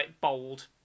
bold